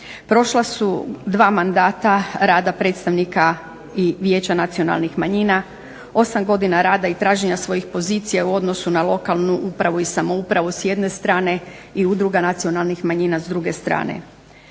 Prošla su dva mandata rada predstavnika i Vijeća nacionalnih manjina, osam godina rada i traženja svojih pozicija u odnosu na lokalnu upravu i samoupravu s jedne strane i udruga nacionalnih manjina s druge strane.